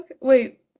wait